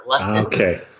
Okay